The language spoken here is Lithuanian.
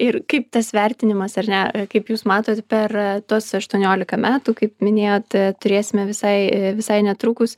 ir kaip tas vertinimas ar ne kaip jūs matot per tuos aštuoniolika metų kaip minėjote turėsime visai visai netrukus